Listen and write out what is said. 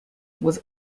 was